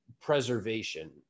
preservation